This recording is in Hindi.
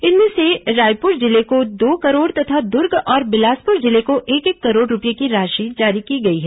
इनमें से रायपुर जिले को दो करोड़ तथा दूर्ग और बिलासपुर जिले को एक एक करोड़ रूपये की राशि जारी की गई है